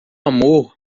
amor